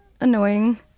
annoying